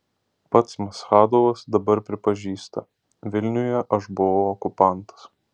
pats maschadovas dabar pripažįsta vilniuje aš buvau okupantas